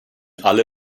alle